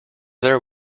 there